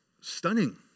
stunning